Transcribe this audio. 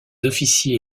officiers